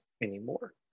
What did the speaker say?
anymore